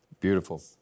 Beautiful